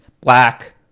black